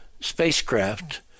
spacecraft